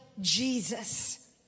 Jesus